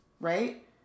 Right